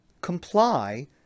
comply